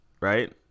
right